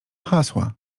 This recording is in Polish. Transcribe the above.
hasła